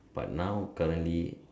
but now currently